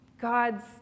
God's